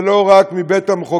ולא רק מבית-המחוקקים.